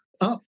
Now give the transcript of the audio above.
Up